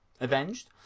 Avenged